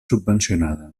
subvencionada